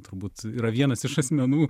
turbūt yra vienas iš asmenų